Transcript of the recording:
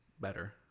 Better